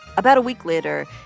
about a week later,